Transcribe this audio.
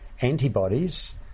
antibodies